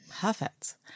Perfect